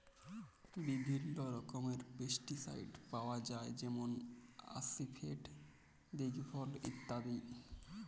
বিভিল্ল্য রকমের পেস্টিসাইড পাউয়া যায় যেমল আসিফেট, দিগফল ইত্যাদি